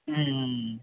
ம் ம் ம்